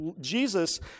Jesus